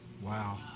Wow